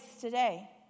today